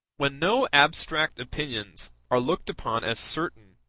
when no abstract opinions are looked upon as certain,